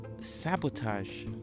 sabotage